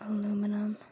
Aluminum